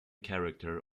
character